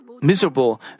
miserable